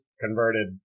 converted